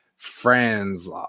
friends